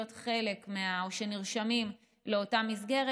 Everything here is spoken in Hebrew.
חלק מהמסגרת או נרשמים לאותה מסגרת.